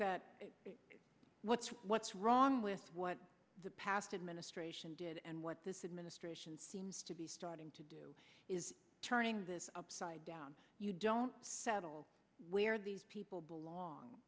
that what's what's wrong with what the past administration did and what this administration seems to be starting to do is turning this upside down you don't settle where these people belong